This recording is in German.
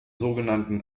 sogenannten